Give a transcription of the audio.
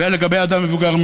ולגבי בן אדם מבוגר,